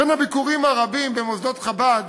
בין הביקורים הרבים במוסדות חב"ד